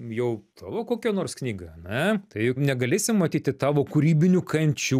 jau tavo kokią nors knygą ane tai negalėsi matyti tavo kūrybinių kančių